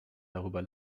darüber